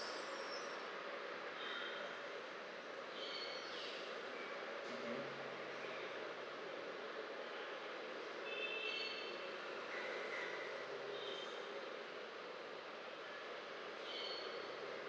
mmhmm